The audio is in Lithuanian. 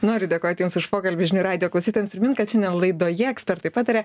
noriu dėkoti jums už pokalbį žinių radijo klausytojas primint kad šiandien laidoje ekspertai pataria